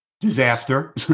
disaster